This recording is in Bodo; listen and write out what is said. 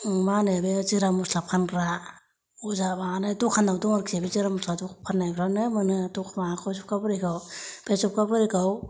मा होनो जिरा मस्ला फानग्रा अजा माबानाव दखानाव दं आरोखि बे जिरा मस्ला दखान फाननायफ्रावनो मोनो माबाखौ सबखा बरिखौ बे सबखा बरिखौ